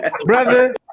Brother